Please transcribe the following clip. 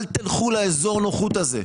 אל תלכו לאזור נוחות הזה.